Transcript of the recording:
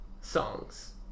songs